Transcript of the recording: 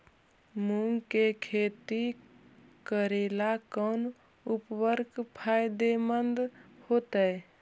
मुंग के खेती करेला कौन उर्वरक फायदेमंद होतइ?